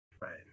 Right